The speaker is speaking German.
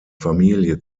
familie